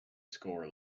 score